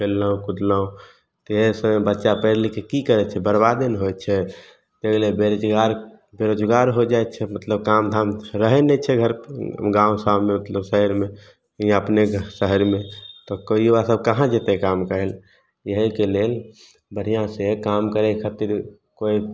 खेललहुँ कूदलहुँ तऽ एही सबमे बच्चा पढ़ि लिखिके की करय छै बर्बादे ने होइ छै ओइ लए बेरोजगार बेरोजगार हो जाइ छै मतलब काम धाम कुछ रहय नहि छै घर गाँव साँवमे मतलब शहरमे या अपने शहरमे तऽ युवा सब कहाँ जेतय काम करयके लेल इएहीके लेल बढ़िआँसँ काम करय खातिर कोइ